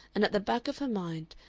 and at the back of her mind,